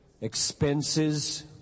expenses